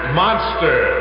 monster